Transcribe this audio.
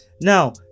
now